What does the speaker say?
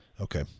Okay